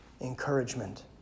encouragement